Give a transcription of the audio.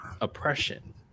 oppression